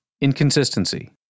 inconsistency